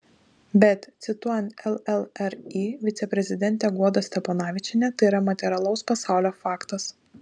bet cituojant llri viceprezidentę guodą steponavičienę tai yra materialaus pasaulio faktas